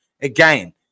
Again